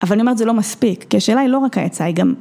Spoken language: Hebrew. אבל אני אומרת זה לא מספיק, כי השאלה היא לא רק היצעי גם.